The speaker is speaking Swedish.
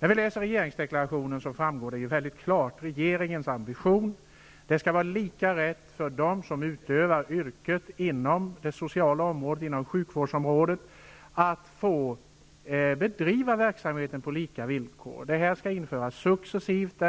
När man läser regeringsdeklarationen framgår det mycket klart att regeringens ambition är att det skall vara möjligt för dem som utövar yrket inom det sociala området och inom sjukvårdsområdet att bedriva verksamheten på lika villkor. Friheten och möjligheten skall införas successivt,